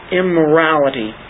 immorality